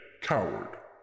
coward